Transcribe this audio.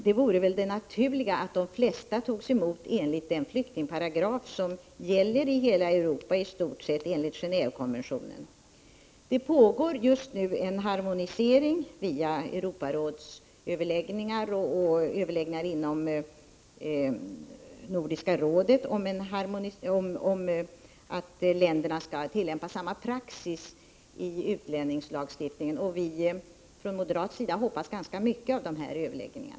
Det naturliga vore väl att de flesta togs emot enligt den flyktingparagraf som gäller i hela Europa i stort sett i enlighet med Gen&vekonventionen. Det pågår just nu en harmonisering via Europarådsöverläggningar och överläggningar inom Nordiska rådet av ländernas praxis i utlänningslagstiftningen. Vi moderater hoppas ganska mycket på dessa överläggningar.